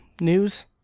News